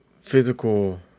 physical